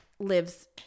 lives